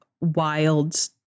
wild